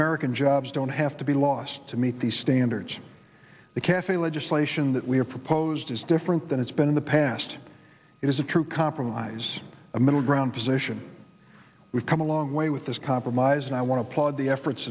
american jobs don't have to be lost to meet these standards the cafe legislation that we have proposed is different than it's been in the past it is a true compromise a middle ground position we've come a long way with this compromise and i want to applaud the efforts